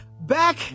back